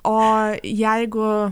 o jeigu